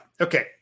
Okay